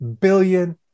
billion